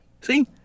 See